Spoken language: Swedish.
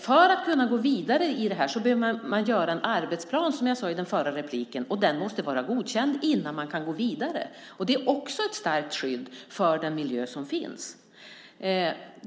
För att kunna gå vidare behöver man, som jag sade i mitt förra inlägg, göra en arbetsplan. Den måste vara godkänd innan man kan gå vidare. Det är också ett starkt skydd för den miljö som finns.